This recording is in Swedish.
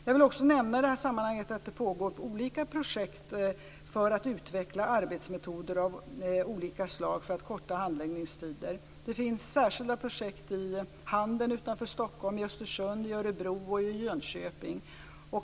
Jag vill också säga i det här sammanhanget att det pågår olika projekt för att utveckla arbetsmetoder av olika slag för att korta handläggningstider. Det finns särskilda projekt i Handen utanför Stockholm, i Östersund, i Örebro och i Jönköping.